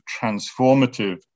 transformative